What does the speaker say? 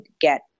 get